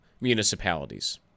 municipalities